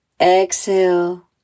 Exhale